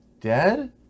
dead